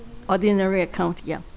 ordinary account yeah